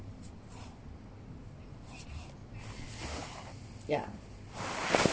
ya